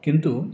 किन्तु